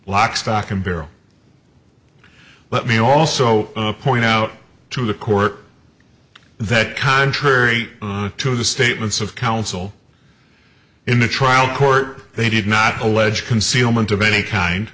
lock stock and barrel let me also point out to the court that contrary to the statements of counsel in the trial court they did not allege concealment of any kind